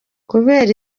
kubera